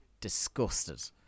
disgusted